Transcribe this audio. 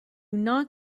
not